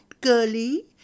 girly